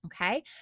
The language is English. Okay